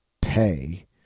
pay